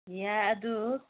ꯌꯥꯏ ꯑꯗꯨ